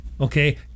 Okay